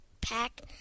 Pack